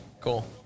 cool